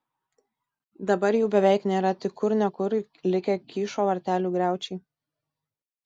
dabar jų beveik nėra tik kur ne kur likę kyšo vartelių griaučiai